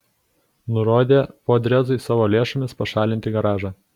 nurodė podrezui savo lėšomis pašalinti garažą